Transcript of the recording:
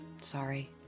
Sorry